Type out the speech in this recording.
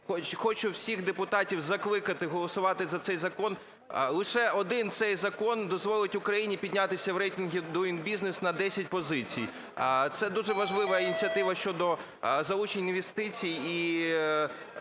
хочу всіх депутатів закликати голосувати за цей закон. Лише один цей закон дозволить Україні піднятися в рейтингу Doing Business на 10 позицій. Це дуже важлива ініціатива щодо залучення інвестицій